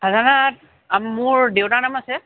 খাজানাত মোৰ দেউতাৰ নাম আছে